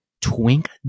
twink